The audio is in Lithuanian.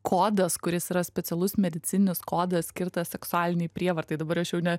kodas kuris yra specialus medicininis kodas skirtas seksualinei prievartai dabar aš jau ne